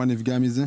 מה נפגע מזה?